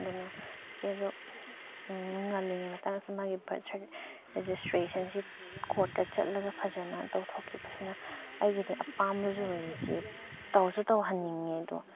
ꯑꯗꯨꯅ ꯆꯦꯗꯣ ꯉꯜꯂꯤꯉꯩ ꯃꯇꯥꯡꯁꯤꯗ ꯃꯥꯒꯤ ꯕꯥꯔꯠ ꯁꯥꯔꯇꯤꯐꯤꯀꯦꯠ ꯔꯦꯖꯤꯁꯇ꯭ꯔꯦꯁꯟꯁꯤ ꯀꯣꯔꯠꯇ ꯆꯠꯂꯒ ꯐꯖꯅ ꯇꯧꯊꯣꯛꯈꯤꯕꯁꯤꯅ ꯑꯩꯒꯤꯗꯤ ꯑꯄꯥꯝꯕꯁꯨ ꯑꯣꯏꯌꯦ ꯏꯆꯦ ꯇꯧꯁꯨ ꯇꯧꯍꯟꯅꯤꯡꯉꯦ ꯑꯗꯣ